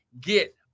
get